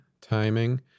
timing